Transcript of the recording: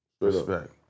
Respect